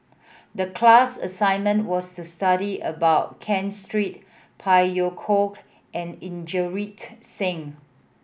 the class assignment was to study about Ken Street Phey Yew Kok and Inderjit Singh